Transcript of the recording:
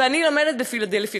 ואני לומדת בפילדלפיה",